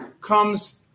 comes